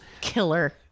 Killer